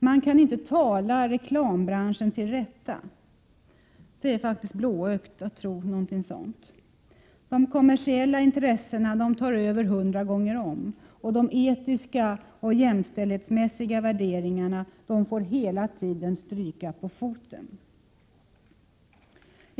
Man kan inte tala reklambranschen till rätta — det är faktiskt blåögt att tro något sådant. De kommersiella intressena tar över hundra gånger om, och de etiska och jämställdhetsmässiga värderingarna får hela tiden stryka på foten.